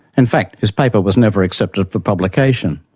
in fact, his paper was never accepted for publication.